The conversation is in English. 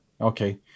Okay